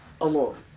alone